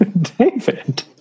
David